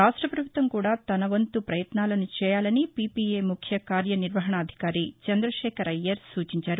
రాష్ట పభుత్వం కూడా తన వంతు ప్రయత్నాలను చేయాలని పీపీఏ ముఖ్య కార్యనిర్వాహణాధికారి చంద్రశేఖర్ అయ్యర్ సూచించారు